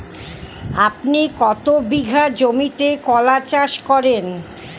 আপনি কত বিঘা জমিতে কলা চাষ করেন?